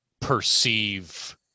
perceive